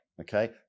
Okay